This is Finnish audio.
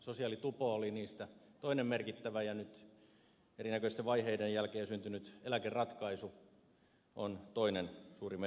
sosiaalitupo oli niistä toinen merkittävä ja nyt erinäköisten vaiheiden jälkeen syntynyt eläkeratkaisu on toinen suuri merkittävä asia